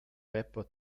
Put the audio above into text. rapper